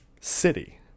city